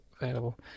available